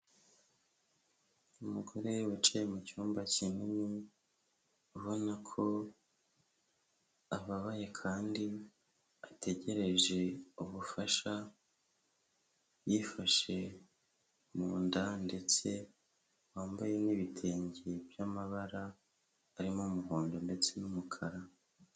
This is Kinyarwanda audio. Umugore wicaye mu cyumba kinini, abona ko ababaye kandi ategereje ubufasha, yifashe mu nda ndetse wambaye n'ibitenge by'amabara arimo umuhondo ndetse n'umukara.